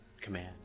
command